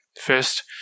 first